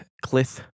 Cliff